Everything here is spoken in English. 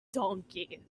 donkey